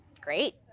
Great